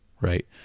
right